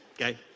okay